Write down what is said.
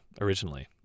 originally